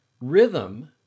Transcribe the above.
rhythm